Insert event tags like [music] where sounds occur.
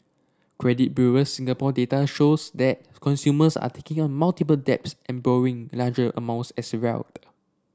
credit Bureau Singapore data shows that consumers are taking on multiple debts and borrowing larger amounts as well [unintelligible]